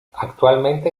actualmente